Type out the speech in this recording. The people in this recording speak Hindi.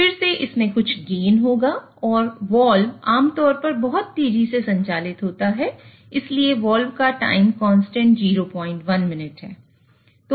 फिर से इसमें कुछ गेन 01 मिनट है